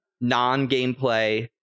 non-gameplay